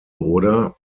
oder